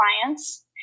clients